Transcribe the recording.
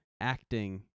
acting